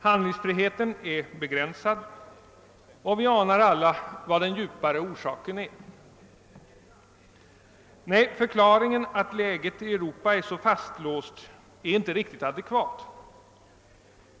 Handlingsfriheten är begränsad, och vi anar alla vilken den djupare orsaken är. Nej, förklaringen till att läget i Europa är så fastlåst är inte riktigt adekvat.